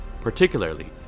Particularly